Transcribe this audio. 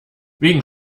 wegen